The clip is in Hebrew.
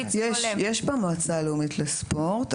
יש במועצה הלאומית לספורט.